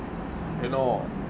you know